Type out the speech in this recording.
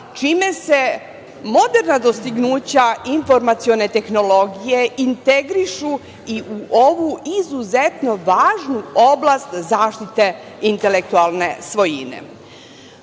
čime se moderna dostignuća informacione tehnologije integrišu i u ovu izuzetno važnu oblast zaštite intelektualne svojine. Uz